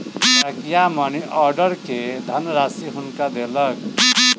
डाकिया money order के धनराशि हुनका देलक